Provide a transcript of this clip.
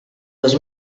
dos